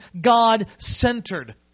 God-centered